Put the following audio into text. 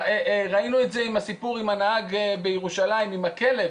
ראינו את זה בסיפור עם הנהג בירושלים עם הכלב